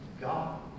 God